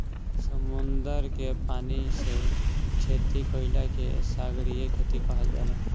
समुंदर के पानी से खेती कईला के सागरीय खेती कहल जाला